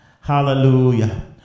Hallelujah